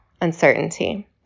uncertainty